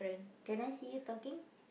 can I see you talking